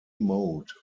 mode